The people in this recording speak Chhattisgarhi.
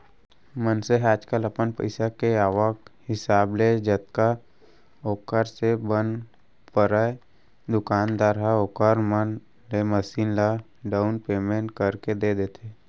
मनसे मन ह आजकल अपन पइसा के आवक हिसाब ले जतका ओखर से बन परय दुकानदार ह ओखर मन ले मसीन ल डाउन पैमेंट करके दे देथे